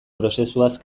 prozesuaz